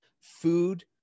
food